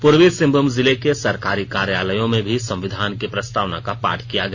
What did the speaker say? पूर्वी सिंहभूम जिले के सरकारी कार्यालयों में भी संविधान की प्रस्तावना का पाठ किया गया